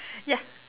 ya